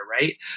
right